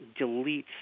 deletes